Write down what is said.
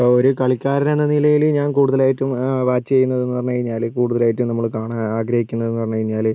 ഇപ്പോൾ ഒരു കളിക്കാരൻ എന്ന നിലയിൽ ഞാൻ കൂടുതലായിട്ടും വാച്ച് ചെയുന്നതെന്ന് പറഞ്ഞു കഴിഞ്ഞാൽ കൂടുത്തലയിട്ടും നമ്മൾ കാണാൻ ആഗ്രഹിക്കുന്നതെന്ന് പറഞ്ഞുകഴിഞ്ഞാൽ